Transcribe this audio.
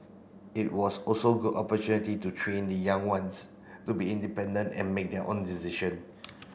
it was also good opportunity to train the young ones to be independent and make their own decision